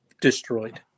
destroyed